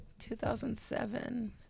2007